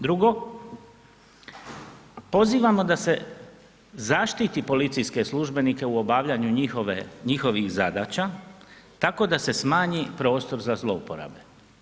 Drugo, pozivamo da se zaštiti policijske službenike u obavljanju njihovih zadaća tako da se smanji prostor za zlouporabe.